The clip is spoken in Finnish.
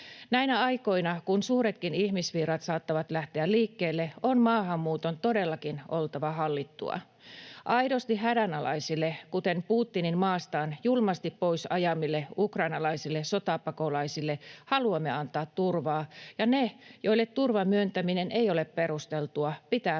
Näinä aikoina, kun suuretkin ihmisvirrat saattavat lähteä liikkeelle, on maahanmuuton todellakin oltava hallittua. Aidosti hädänalaisille, kuten Putinin maastaan julmasti pois ajamille ukrainalaisille sotapakolaisille, haluamme antaa turvaa, ja ne, joille turvan myöntäminen ei ole perusteltua, pitää pystyä